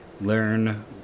learn